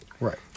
Right